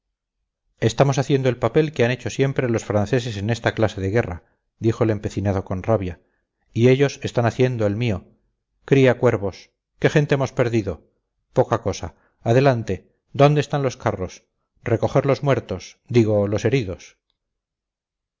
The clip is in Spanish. estamos haciendo el papel que han hecho siempre los franceses en esta clase de guerra dijo el empecinado con rabia y ellos están haciendo el mío cría cuervos qué gente hemos perdido poca cosa adelante dónde están los carros recoger los muertos digo los heridos